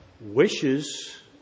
wishes